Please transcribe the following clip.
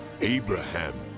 Abraham